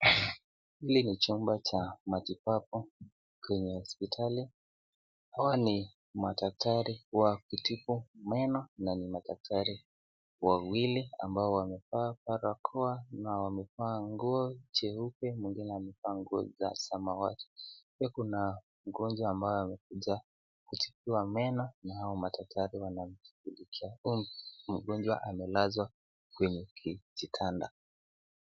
Hili ni chumba cha matibabu kwenye hospitali, hawa ni madaktari wa kutibu meno na ni madaktari wawili ambao wamefaa parakoa na wamefaa nguo jeupe mwingine amefaa nguo za samawati, pia kuna kikosi ambao wamekuja kutibiwa meno na hao madaktari wanamshukulikia, mgonjwa amelazwa kwenye kitanda.